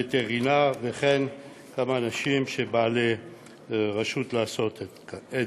וטרינר וכן כמה אנשים שהם בעלי רשות לעשות את זה.